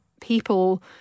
people